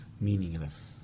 meaningless